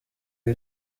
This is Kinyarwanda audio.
iba